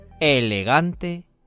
elegante